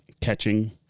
catching